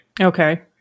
Okay